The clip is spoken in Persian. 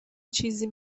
چیزی